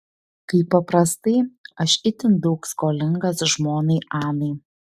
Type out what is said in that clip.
kaip paprastai aš itin daug skolingas žmonai anai